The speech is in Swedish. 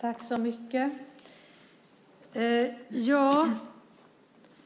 Fru talman! Ja,